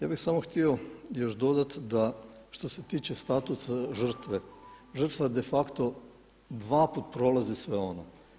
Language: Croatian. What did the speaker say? Ja bih samo još htio dodati da što se tiče status žrtve, žrtva de facto dva put prolazi sve ono.